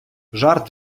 жарт